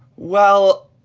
well.